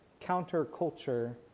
counterculture